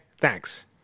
thanks